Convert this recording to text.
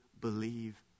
believe